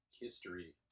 history